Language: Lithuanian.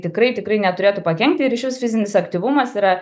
tikrai tikrai neturėtų pakenkt ir šis fizinis aktyvumas yra